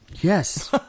Yes